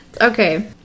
Okay